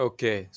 Okay